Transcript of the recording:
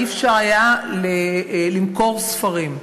לא היה אפשר למכור ספרים.